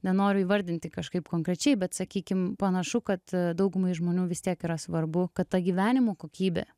nenoriu įvardinti kažkaip konkrečiai bet sakykim panašu kad daugumai žmonių vis tiek yra svarbu kad ta gyvenimo kokybė